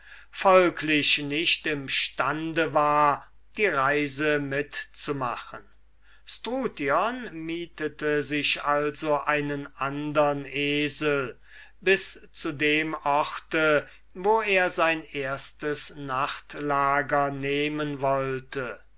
folglich nicht im stande war die reise mitzumachen struthion mietete sich also einen andern esel bis zum ort wo er sein erstes nachtlager nehmen wollte